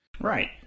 Right